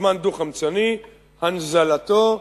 פחמן דו-חמצני, הנזלתו,